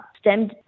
STEM